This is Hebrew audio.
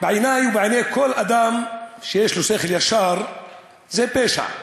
בעיני ובעיני כל אדם שיש לו שכל ישר זה פשע,